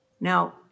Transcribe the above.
Now